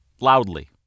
loudly